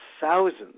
thousands